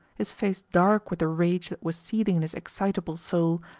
his face dark with the rage that was seething in his excitable soul,